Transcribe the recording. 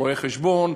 רואי-חשבון,